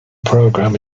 program